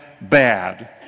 bad